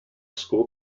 school